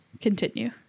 continue